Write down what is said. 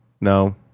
No